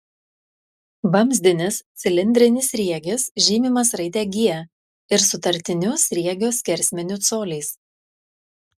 vamzdinis cilindrinis sriegis žymimas raide g ir sutartiniu sriegio skersmeniu coliais